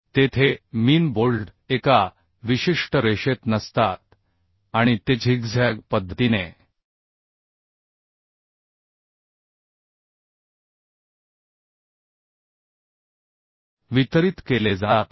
तेथे मीन बोल्ट एका विशिष्ट रेषेत नसतात आणि ते झिगझॅग पद्धतीने वितरित केले जातात